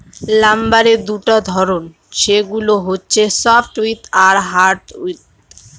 লাম্বারের দুটা ধরন, সেগুলো হচ্ছে সফ্টউড আর হার্ডউড